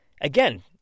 Again